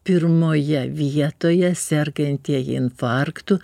pirmoje vietoje sergantieji infarktu